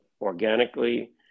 organically